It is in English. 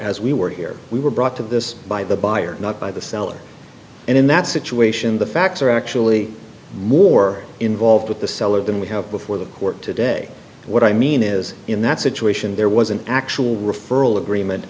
as we were here we were brought to this by the buyer not by the seller and in that situation the facts are actually more involved with the seller than we have before the court today what i mean is in that situation there was an actual referral agreement